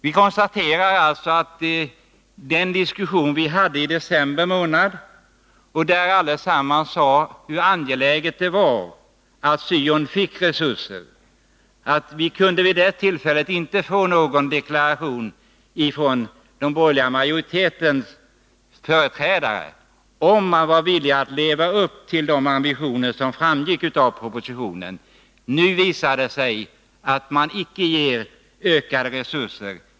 Vi konstaterar alltså att vi i samband med diskussionen i december månad —-alla framhöll då hur angeläget det var att syon fick resurser — inte fick någon deklaration från den borgerliga majoriteten om huruvida man var beredd att leva upp till de ambitioner som framgick av propositionen. Nu visar det sig att maniicke avsätter ökade resurser.